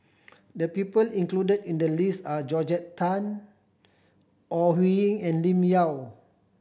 the people included in the list are Georgette Chen Ore Huiying and Lim Yau